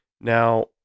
Now